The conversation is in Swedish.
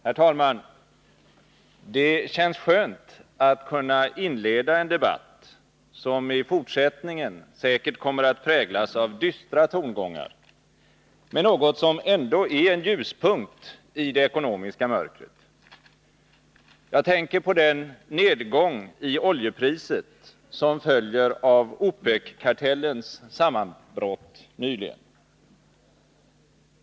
Herr talman! Det känns skönt att kunna inleda en debatt, som i fortsättningen säkert kommer att präglas av dystra tongångar, med något som ändå är en ljuspunkt i det ekonomiska mörkret. Jag tänker på den nedgång i oljepriset som följer av OPEC-kartellens sammanbrott nyligen.